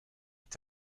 est